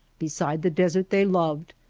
beside the desert they loved,